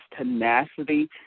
tenacity